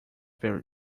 very